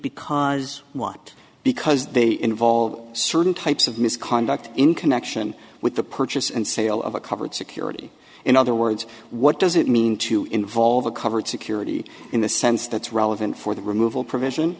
because what because they involve certain types of misconduct in connection with the purchase and sale of a covered security in other words what does it mean to involve a covered security in the sense that's relevant for the removal pr